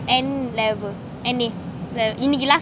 N level N_A இன்னக்கி:innaki last paper